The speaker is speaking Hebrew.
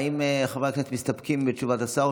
האם חברי הכנסת מסתפקים בתשובת השר,